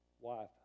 wife